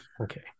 okay